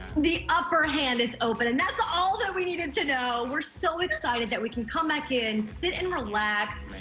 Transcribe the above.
the upper hand is open and that's all that we needed to know. we're so excited that we can come back in, sit and relax,